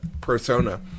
persona